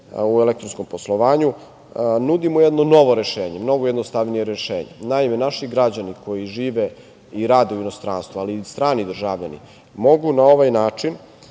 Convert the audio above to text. u elektronskom poslovanju nudimo jedno novo rešenje, mnogo jednostavnije rešenje. Naime, naši građani koji žive i rade u inostranstvu, ali i strani državljani mogu na ovaj način